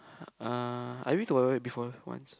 uh I been to Wild-Wild-Wet before once